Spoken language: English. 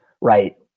right